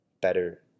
better